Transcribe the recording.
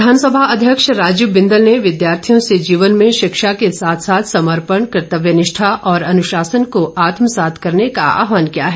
बिंदल विधानसभा अध्यक्ष राजीव बिंदल ने विद्यार्थियों से जीवन में शिक्षा के साथ साथ समपर्ण कर्तव्यनिष्ठा और अनुशासन को आत्मसात करने का आहवान किया है